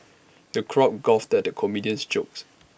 the crowd guffawed at the comedian's jokes